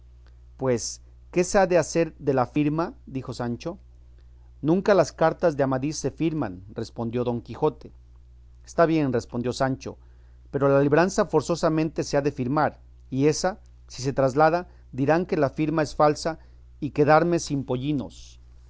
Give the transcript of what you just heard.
pues qué se ha de hacer de la firma dijo sancho nunca las cartas de amadís se firman respondió don quijote está bien respondió sancho pero la libranza forzosamente se ha de firmar y ésa si se traslada dirán que la firma es falsa y quedaréme sin pollinos